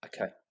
Okay